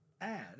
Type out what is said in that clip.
add